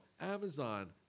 Amazon